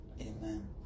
Amen